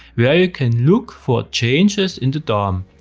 where you can look for changes in the dom,